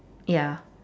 ya